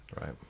Right